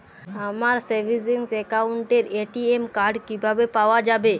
আমার সেভিংস অ্যাকাউন্টের ATM card কিভাবে পাওয়া যাবে?